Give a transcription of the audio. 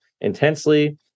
intensely